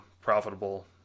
profitable